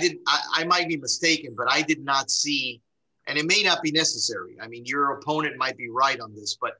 did i might be mistaken but i did not see and it may not be necessary i mean your opponent might be right on this but